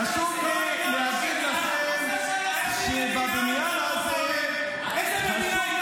חשוב לי להגיד לכם שבבניין הזה --- זה שלנו.